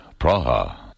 Praha